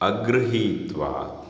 अग्रहीत्वा